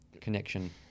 connection